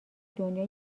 دنیا